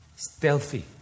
Stealthy